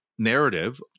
narrative